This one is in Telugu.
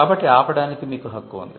కాబట్టి ఆపడానికి మీకు హక్కు ఉంది